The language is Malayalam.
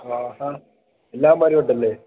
ആഹാ എല്ലാവന്മാരും ഉണ്ടല്ലേ